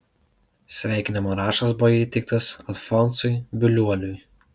sveikinimo raštas buvo įteiktas alfonsui buliuoliui